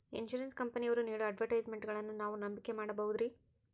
Insurance ಕಂಪನಿಯವರು ನೇಡೋ ಅಡ್ವರ್ಟೈಸ್ಮೆಂಟ್ಗಳನ್ನು ನಾವು ನಂಬಿಕೆ ಮಾಡಬಹುದ್ರಿ?